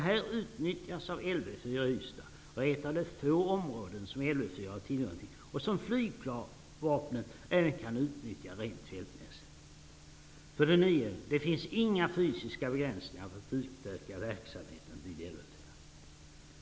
De utnyttjas av Lv 4 i Ystad och är ett av de få områden som Lv 4 har tillgång till och som flygvapnet även kan utnyttja rent fältmässigt. För det nionde: Det finns inga fysiska begränsningar för att utöka versamheten vid Lv 4.